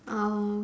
uh